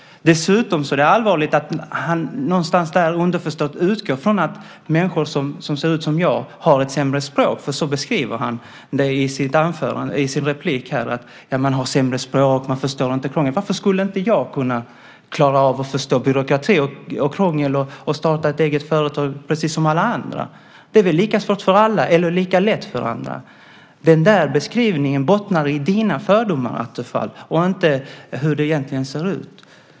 Dessutom är det allvarligt att han någonstans underförstått utgår från att människor som ser ut som jag har ett sämre språk, för så beskriver han det i sin replik. Man har sämre språk, man förstår inte krångel. Varför skulle inte jag kunna klara av att förstå byråkrati och krångel och starta ett eget företag precis som alla andra? Det är väl lika svårt för alla eller lika lätt för alla. Den beskrivningen bottnar i dina fördomar, Attefall, och inte i hur det egentligen ser ut.